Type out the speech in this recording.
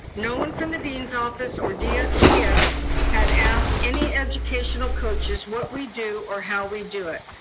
no one from the dean's office or dsps had asked any educational coaches what we do or how we do it.